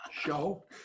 show